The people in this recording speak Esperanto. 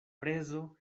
prezo